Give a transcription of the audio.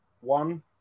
One